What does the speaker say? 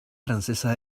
francesa